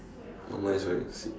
oh my is wearing a seat